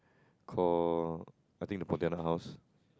call I think the Pontianak house